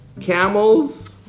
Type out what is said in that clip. camels